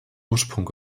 ursprung